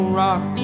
rock